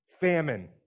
famine